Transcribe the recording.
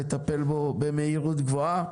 לטפל בו במהירות גבוהה.